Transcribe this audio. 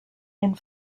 and